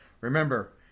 remember